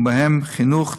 ובהם חינוך,